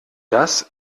das